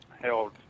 held